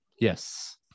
Yes